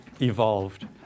evolved